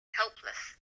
helpless